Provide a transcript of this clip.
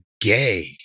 gay